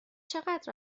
چقدر